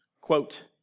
quote